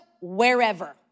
wherever